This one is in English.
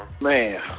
Man